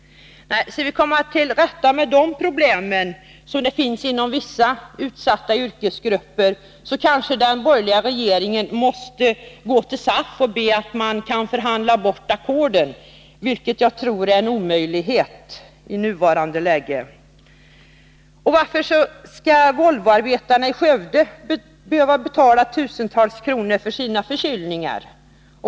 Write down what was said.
Skall vi komma till rätta med de problem som vissa utsatta yrkesgrupper har kanske den borgerliga regeringen måste be SAF att förhandla bort ackorden. Men det är nog en omöjlighet i nuvarande läge. Varför skall Volvoarbetarna i Skövde behöva betala tusentals kronor för sina förkylningar?